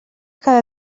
cada